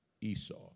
Esau